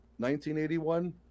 1981